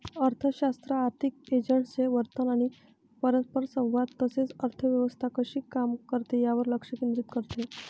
अर्थशास्त्र आर्थिक एजंट्सचे वर्तन आणि परस्परसंवाद तसेच अर्थव्यवस्था कशी काम करते यावर लक्ष केंद्रित करते